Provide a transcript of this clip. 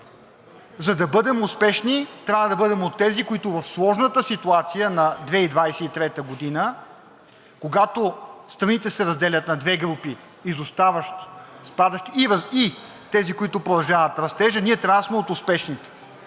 за да бъдем успешни, трябва да бъдем от тези, които в сложната ситуация на 2023 г., когато страните се разделят на две групи – спадащи и тези, които продължават растежа, ние трябва да сме от успешните,